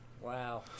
Wow